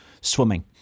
swimming